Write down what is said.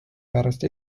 pärast